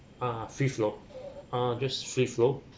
ah ah free flow ah just free flow